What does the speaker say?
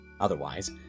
otherwise